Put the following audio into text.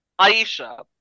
Aisha